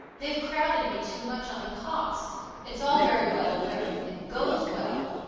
they've crowded me too much on the cost. it's all very well if everything goes well,